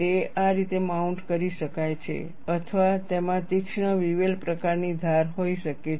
તે આ રીતે માઉન્ટ કરી શકાય છે અથવા તેમાં તીક્ષ્ણ વિવેલ પ્રકારની ધાર હોઈ શકે છે